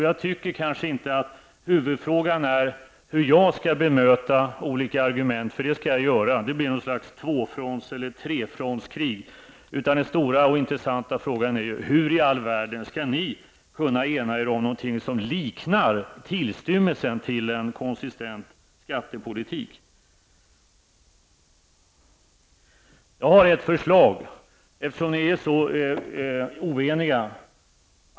Jag tycker nog inte att huvudfrågan gäller hur jag skall bemöta olika argument -- det skall jag göra, det blir något slags trefrontskrig -- utan den stora och intressanta frågan är hur ni skall kunna ena er om något som ens liknar tillstymmelsen till en skattepolitik med konsistens. Jag har ett förslag, eftersom ni är så oeniga.